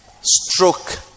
stroke